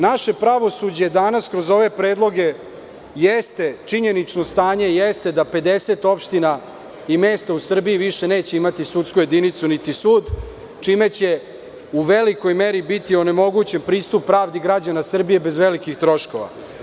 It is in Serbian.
Naše pravosuđe je danas kroz ove predloge, činjenično stanje jeste da 50 opština i mesta u Srbiji više neće dobiti sudsku jedinicu niti sud, čime će u velikoj meri biti onemogućen pristup pravdi građana Srbije bez velikih troškova.